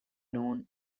known